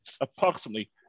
approximately